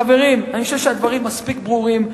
חברים, אני חושב שהדברים מספיק ברורים.